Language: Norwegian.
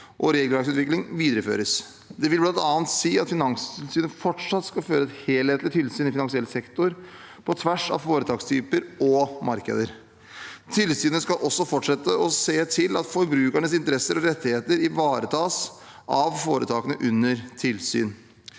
og regelverksutvikling videreføres. Det vil bl.a. si at Finanstilsynet fortsatt skal føre et helhetlig tilsyn i finansiell sektor på tvers av foretakstyper og markeder. Tilsynet skal også fortsette å se til at forbrukernes interesser og rettigheter ivaretas av foretakene under tilsyn.